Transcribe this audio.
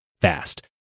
fast